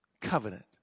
covenant